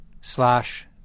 slash